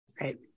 Right